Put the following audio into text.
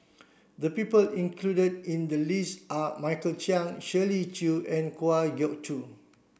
the people included in the list are Michael Chiang Shirley Chew and Kwa Geok Choo